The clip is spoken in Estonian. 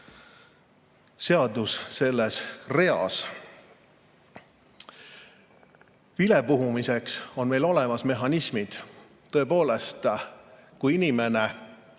seadus selles reas. Vilepuhumiseks on meil olemas mehhanismid. Tõepoolest, kui inimene